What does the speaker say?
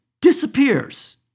disappears